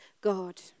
God